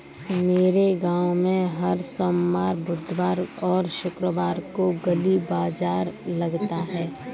मेरे गांव में हर सोमवार बुधवार और शुक्रवार को गली बाजार लगता है